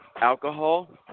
alcohol